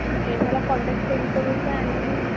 ठीक आहे मला कॉन्टॅक्ट सेंड करून द्या आणि